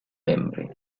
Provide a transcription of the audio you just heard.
membri